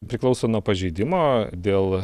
priklauso nuo pažeidimo dėl